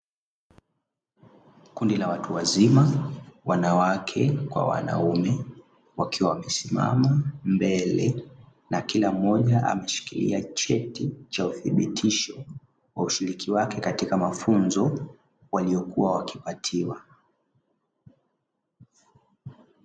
Kundi la watu wazima wanawake kwa wanaume wakiwa wamesimama mbele, na kila mmoja ameshikilia cheti cha uthibitisho wa ushiriki wake katika mafunzo waliyokuwa wakipatiwa.